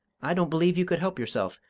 i don't believe you could help yourself.